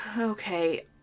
Okay